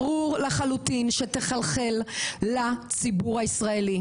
ברור לחלוטין שתחלחל לציבור הישראלי.